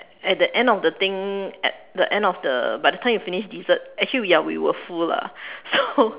at the end of the thing at the end of the by the time you finish dessert actually ya we were full lah so